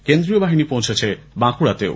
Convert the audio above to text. কেন্দ্রীয় বাহিনী পৌঁছেছে বাঁকুড়াতেও